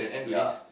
ya